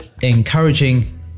encouraging